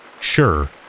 Sure